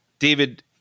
David